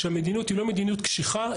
שהמדיניות היא לא מדיניות קשיחה,